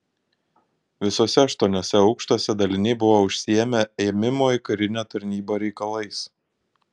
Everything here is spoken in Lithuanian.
visuose aštuoniuose aukštuose daliniai buvo užsiėmę ėmimo į karinę tarnybą reikalais